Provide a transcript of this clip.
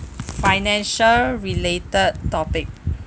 financial related topic